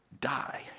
die